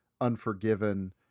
Unforgiven